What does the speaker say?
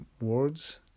Words